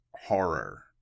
horror